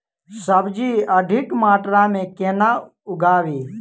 सब्जी अधिक मात्रा मे केना उगाबी?